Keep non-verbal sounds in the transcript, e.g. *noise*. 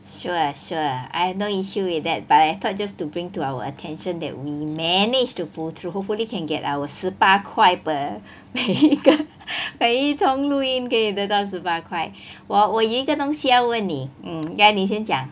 sure sure I have no issue with that but I thought just to bring to our attention that we managed to pull through hopefully can get our 十八块 per 每一个 *laughs* 每一通录音可以得到十八块我我有一个东西要问你 ya 你先讲